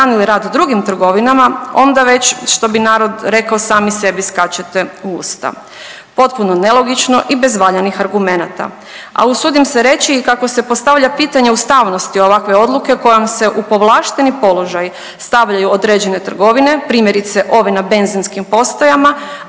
rad drugim trgovinama onda već što bi narod rekao sami sebi skačete u usta. Potpuno nelogično i bez valjanih argumenata. A usudim se i reći kako se postavlja pitanje ustavnosti ovakve odluke kojom se u povlašteni položaj stavljaju određene trgovine primjerice ove na benzinskim postajama,